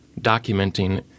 documenting